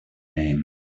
name